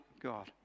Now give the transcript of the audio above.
God